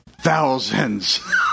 thousands